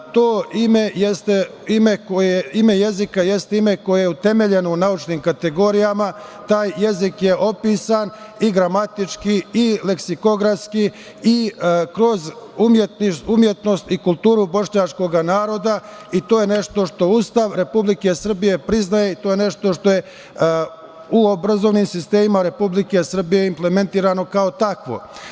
To ime jezika jeste ime koje je utemeljeno u naučnim kategorijama, taj jezik je opisan i gramatički i leksikografski i kroz umetnost i kulturu bošnjačkog naroda i to je nešto što Ustav Republike Srbije priznaje i to je nešto što je u obrazovnim sistemima Republike Srbije implementirano kao takvo.